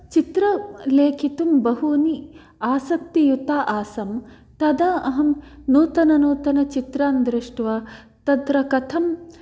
चित्रं लेखितुं बहुनि आसक्तियुक्ता आसं तदा अहं नूनननूतचित्रान् दृष्ट्वा तत्र कथं